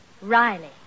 Riley